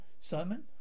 Simon